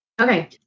Okay